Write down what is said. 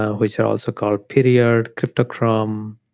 which are also called period, cryptochrome,